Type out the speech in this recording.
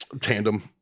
tandem